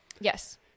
Yes